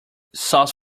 sauce